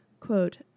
quote